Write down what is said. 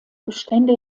bestände